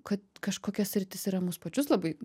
kad kažkokia sritis yra mus pačius labai